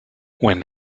when